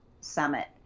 Summit